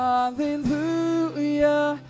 Hallelujah